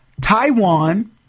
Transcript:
Taiwan